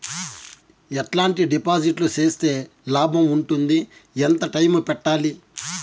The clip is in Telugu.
ఎట్లాంటి డిపాజిట్లు సేస్తే లాభం ఉంటుంది? ఎంత టైము పెట్టాలి?